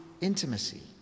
intimacy